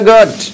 God